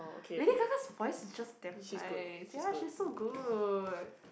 Lady Gaga's voice is just damn nice ya she's so good